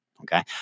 okay